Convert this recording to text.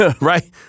right